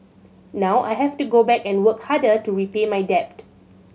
now I have to go back and work harder to repay my debt